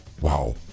Wow